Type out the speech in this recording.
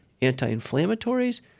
anti-inflammatories